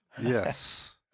Yes